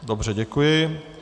Dobře, děkuji.